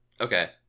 Okay